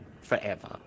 forever